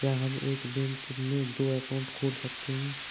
क्या हम एक बैंक में दो अकाउंट खोल सकते हैं?